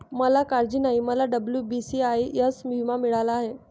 मला काळजी नाही, मला डब्ल्यू.बी.सी.आय.एस विमा मिळाला आहे